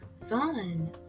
fun